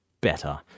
better